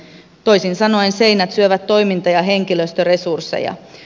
toisin sanoen seinät syövät toiminta ja henkilöstöresursseja